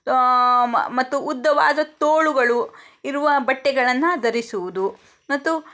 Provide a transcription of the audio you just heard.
ಮತ್ತು ಉದ್ದವಾದ ತೋಳುಗಳು ಇರುವ ಬಟ್ಟೆಗಳನ್ನು ಧರಿಸುವುದು ಮತ್ತು